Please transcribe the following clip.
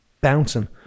bouncing